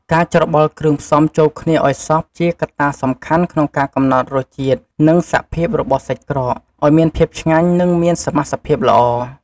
ការច្របល់គ្រឿងផ្សំចូលគ្នាឱ្យសព្វ ជាកត្តាសំខាន់ក្នុងការកំណត់រសជាតិ និងសភាពរបស់សាច់ក្រក ឱ្យមានភាពឆ្ងាញ់ និងមានសមាសភាពល្អ។